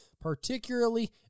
particularly